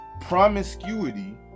promiscuity